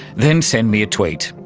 then send me a tweet.